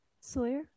Sawyer